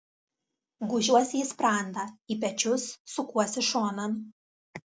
gūžiuosi į sprandą į pečius sukuosi šonan